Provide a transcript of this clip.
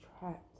trapped